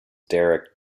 derek